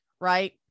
right